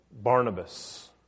Barnabas